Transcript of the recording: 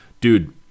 Dude